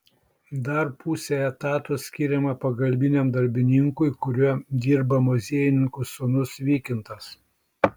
dar pusė etato skiriama pagalbiniam darbininkui kuriuo dirba muziejininkų sūnus vykintas